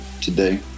today